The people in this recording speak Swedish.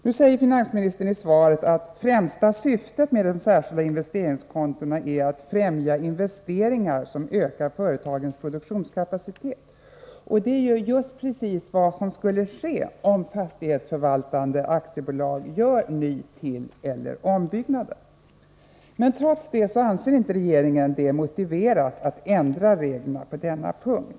Nu säger finansministern i svaret att främsta syftet med de särskilda investeringskontona är att främja investeringar som ökar företagens produktionskapacitet. Det är just precis vad som skulle ske, om fastighetsförvaltande aktiebolag gör ny-, tilleller ombyggnader. Men trots det anser inte regeringen det motiverat att ändra reglerna på denna punkt.